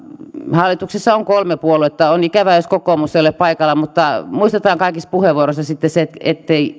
hallituksessa on kolme puoluetta on ikävää jos kokoomus ei ole paikalla mutta muistetaan kaikissa puheenvuoroissa sitten ettei